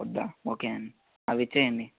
వద్దా ఓకే అవిచ్చేయండి